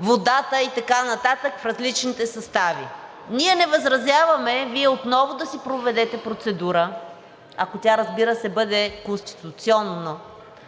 водата и така нататък, в различните състави. Ние не възразяваме Вие отново да си проведете процедура, ако тя, разбира се, бъде конституционна